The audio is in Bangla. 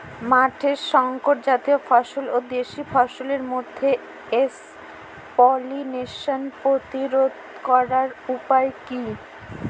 মাঠের শংকর জাতীয় ফসল ও দেশি ফসলের মধ্যে ক্রস পলিনেশন প্রতিরোধ করার উপায় কি?